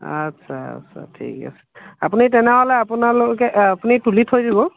আচ্ছা আচ্ছা ঠিক আছে আপুনি তেনেহ'লে আপোনালোকে আপুনি তুলি থৈ দিব